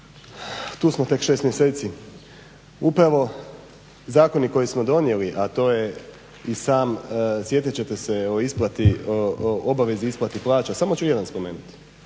Tu smo tek 6 mjeseci. Upravo zakoni koje smo donijeli, a to je i sam sjetit ćete se o isplati, obavezi, isplati plaća, samo ću jedan spomenuti.